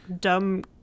dumb